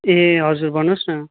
ए हजुर भन्नुहोस् न